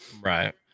right